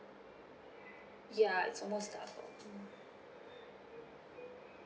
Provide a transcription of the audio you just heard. ya it's almost double mm